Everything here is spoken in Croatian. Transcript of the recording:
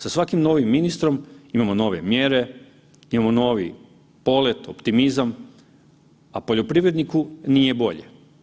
Sa svakim novim ministrom imamo nove mjere, imamo novi polet, optimizam, a poljoprivredniku nije bolje.